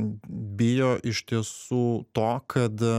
bijo iš tiesų to kad